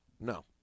No